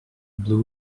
blue